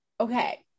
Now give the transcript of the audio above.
okay